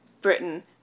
Britain